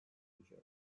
kalacak